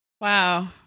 Wow